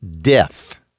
death